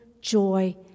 joy